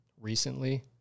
recently